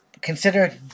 consider